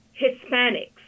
Hispanics